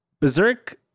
Berserk